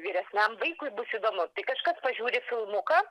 vyresniam vaikui bus įdomu tai kažkas pažiūri filmuką